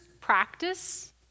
practice